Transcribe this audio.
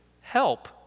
help